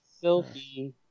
silky